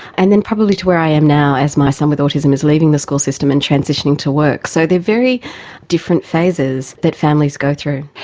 and then probably to where i am now as my son with autism is leaving the school system and transitioning to work. so they are very different phases that families go through.